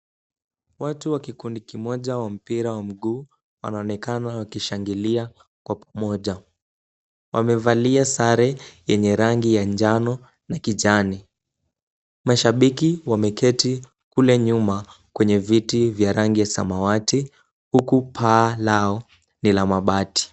Watu wa kikundi kimoja wa mpira wa mguu wanaonekana wakishangilia kwa pamoja. Wamevalia sare yenye rangi ya njano na kijani. Mashabiki wameketi kule nyuma kwenye viti vya rangi samawati, huku paa lao ni la mabati.